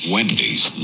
Wendy's